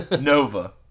Nova